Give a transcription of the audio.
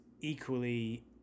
equally